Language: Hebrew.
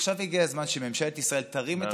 עכשיו הגיע הזמן שממשלת ישראל תרים את